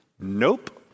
Nope